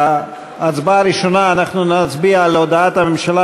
בהצבעה הראשונה אנחנו נצביע על הודעת הממשלה,